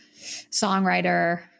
songwriter